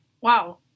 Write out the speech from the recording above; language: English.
Wow